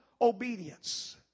obedience